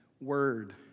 Word